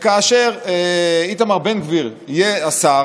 כבוד היושב-ראש,